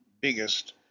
biggest